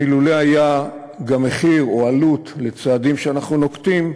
אילולא היה גם מחיר או עלות לצעדים שאנחנו נוקטים,